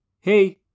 Hey